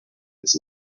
its